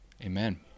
Amen